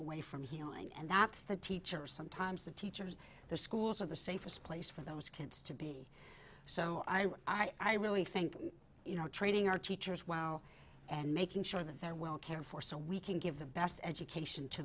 away from healing and that's the teachers sometimes the teachers the schools are the safest place for those kids to be so i would i really think you know training our teachers wow and making sure that they're well cared for so we can give the best education to